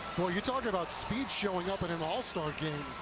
you talk about speed showing up at an all star game.